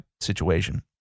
situation